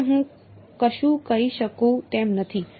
વિશે હું કશું કહી શકું તેમ નથી